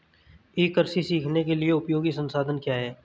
ई कृषि सीखने के लिए उपयोगी संसाधन क्या हैं?